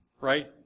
right